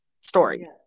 story